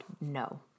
no